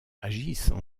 agissent